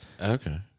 Okay